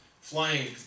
flying